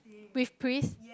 with Pris